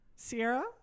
sierra